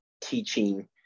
teaching